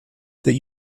that